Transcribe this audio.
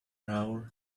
hour